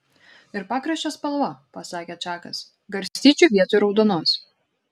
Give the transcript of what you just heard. ir pakraščio spalva pasakė čakas garstyčių vietoj raudonos